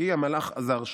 כי המלאך עזר שם.